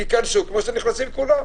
שייכנסו כמו שנכנסים כולם.